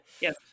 yes